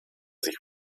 sich